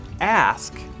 ask